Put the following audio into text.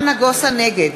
נגד